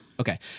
okay